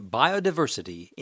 biodiversity